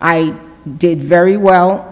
i did very well